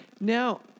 Now